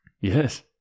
yes